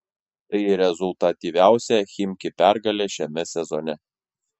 tai rezultatyviausia chimki pergalė šiame sezone